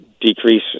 decrease